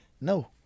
no